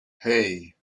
hey